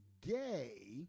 gay